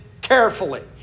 carefully